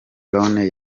leone